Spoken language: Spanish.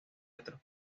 otros